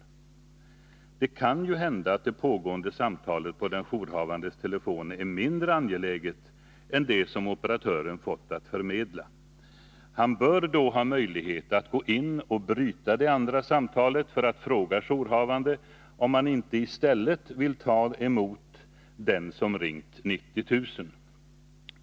Det kan ju hända att det pågående samtalet på den jourhavandes telefon är mindre angeläget än det som operatören fått att förmedla. Han bör då ha möjlighet att gå in och bryta det pågående samtalet för att fråga jourhavande, om han inte i stället vill ta emot den som ringt 90 000.